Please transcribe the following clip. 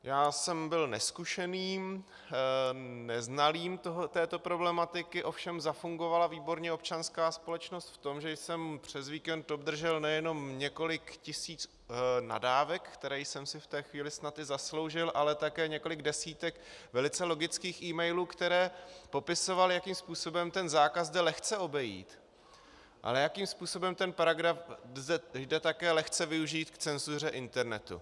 Já jsem byl nezkušeným, neznalým této problematiky, ovšem zafungovala výborně občanská společnost v tom, že jsem přes víkend obdržel nejenom několik tisíc nadávek, které jsem si v té chvíli snad i zasloužil, ale také několik desítek velice logických emailů, které popisovaly, jakým způsobem ten zákaz jde lehce obejít, ale jakým způsobem ten paragraf jde také lehce využít k cenzuře internetu.